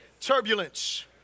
turbulence